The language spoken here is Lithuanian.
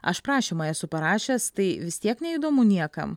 aš prašymą esu parašęs tai vis tiek neįdomu niekam